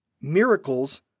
Miracles